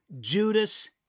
Judas